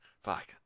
Fuck